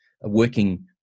working